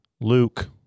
Luke